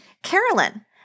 Carolyn